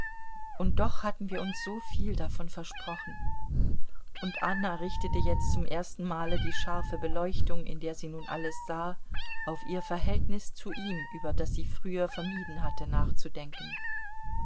und doch hatten wir uns soviel davon versprochen und anna richtete jetzt zum ersten male die scharfe beleuchtung in der sie nun alles sah auf ihr verhältnis zu ihm über das sie früher vermieden hatte nachzudenken